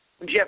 Jeff